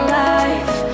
life